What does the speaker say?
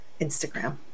instagram